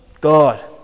God